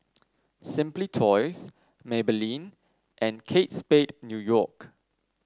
Simply Toys Maybelline and Kate Spade New York